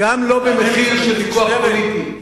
גם לא במחיר של ויכוח פוליטי.